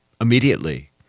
immediately